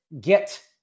get